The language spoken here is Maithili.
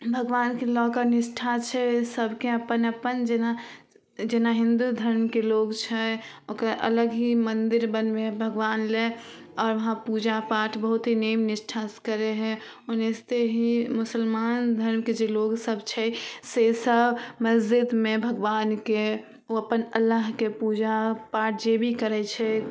भगवानकेँ लऽके निष्ठा छै सभके अपन अपन जेना जेना हिन्दू धर्मके लोक छै ओकर अलग ही मन्दिर बनबै भगवानले आओर वहाँ पूजा पाठ बहुत ही नियम निष्ठासे करै हइ ओनाहिते ही मुसलमान धर्मके जे लोकसभ छै से सब मसजिदमे भगवानके ओ अपन अल्लाहके पूजा पाठ जे भी करै छै